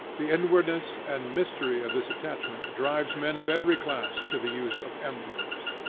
the inwardness and mystery of this attachment drives men of every class to the use of emblems.